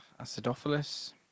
Acidophilus